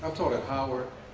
um taught at howard,